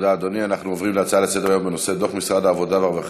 אנחנו עוברים להצעה לסדר-היום מס' 5247,